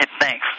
Thanks